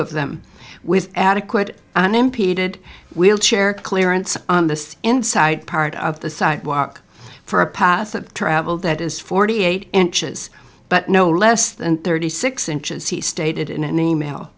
of them with adequate unimpeded wheelchair clearance on the inside part of the sidewalk for a path of travel that is forty eight inches but no less than thirty six inches he stated in an email